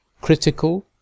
critical